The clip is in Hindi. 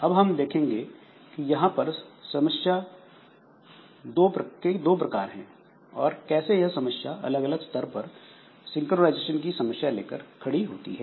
अब हम देखेंगे कि यहां पर समस्या के यह दो प्रकार हैं और कैसे यह समस्यायें अलग अलग स्तर पर सिंक्रनाइजेशन की समस्या लेकर खड़ी होती है